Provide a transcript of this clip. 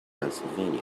pennsylvania